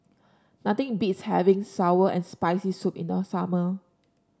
nothing beats having sour and Spicy Soup in the summer